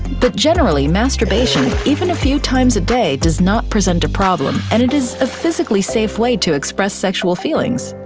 but generally, masturbation, even a few times a day does not present a problem, and it is a physically safe way to express sexual feelings.